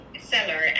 seller